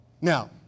Now